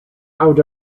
out